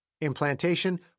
Implantation